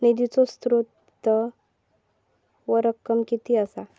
निधीचो स्त्रोत व रक्कम कीती असा?